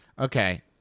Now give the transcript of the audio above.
Okay